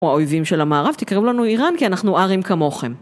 או האויבים של המערב, תקראו לנו איראן, כי אנחנו ארים כמוכם.